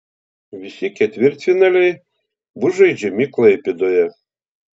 visi ketvirtfinaliai bus žaidžiami klaipėdoje